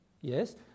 Yes